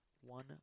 One